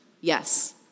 yes